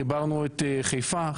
חיברנו את חיפה,